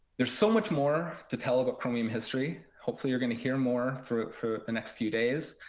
there's so much more to tell about chromium history. hopefully you're going to hear more for for the next few days.